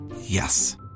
Yes